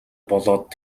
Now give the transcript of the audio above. болоод